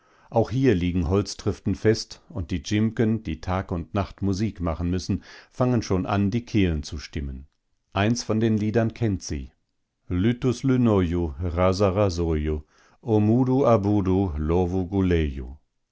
auch hier liegen holztriften fest und die dzimken die tag und nacht musik machen müssen fassen schon an die kehlen zu stimmen eins von den liedern kennt sie lytus lynju ras rasju o mdu